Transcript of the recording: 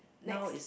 now is